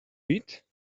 eat